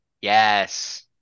Yes